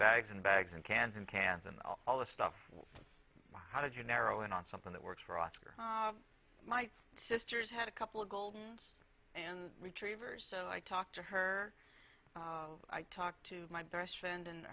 bags and bags and cans and cans and all the stuff how did you narrow in on something that works for oscar my sister's had a couple of gold and retrievers so i talk to her i talk to my best friend and